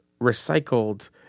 recycled